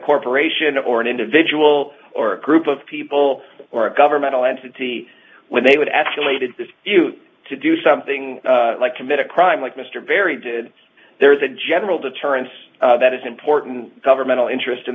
corporation or an individual or group of people or a governmental entity when they would actually did you to do something like commit a crime like mr very did there is a general deterrence that is important governmental interest in